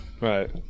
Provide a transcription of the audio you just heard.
Right